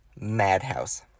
madhouse